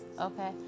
Okay